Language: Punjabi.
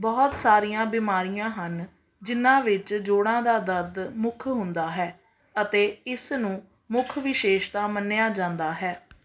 ਬਹੁਤ ਸਾਰੀਆਂ ਬਿਮਾਰੀਆਂ ਹਨ ਜਿਨ੍ਹਾਂ ਵਿੱਚ ਜੋੜਾਂ ਦਾ ਦਰਦ ਮੁੱਖ ਹੁੰਦਾ ਹੈ ਅਤੇ ਇਸ ਨੂੰ ਮੁੱਖ ਵਿਸ਼ੇਸ਼ਤਾ ਮੰਨਿਆ ਜਾਂਦਾ ਹੈ